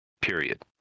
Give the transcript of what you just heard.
Period